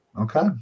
Okay